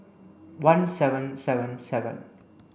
one seven seven seven